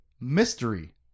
mystery